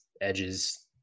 edges